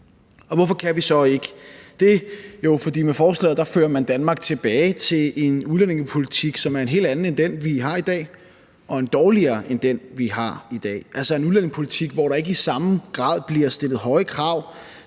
Hvorfor kan vi så ikke det? Jo, fordi man med forslaget fører Danmark tilbage til en udlændingepolitik, som er en helt anden end den, vi har i dag, og en dårligere end den, vi har i dag – altså en udlændingepolitik, hvor der ikke i samme grad bliver stillet høje krav